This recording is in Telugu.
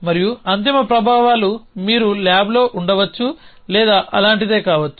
మరియు అంతిమ ప్రభావాలు మీరు ల్యాబ్లో ఉండవచ్చు లేదా అలాంటిదే కావచ్చు